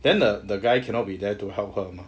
then the the guy cannot be there to help her mah